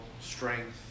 strength